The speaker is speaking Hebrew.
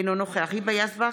אינו נוכח היבה יזבק,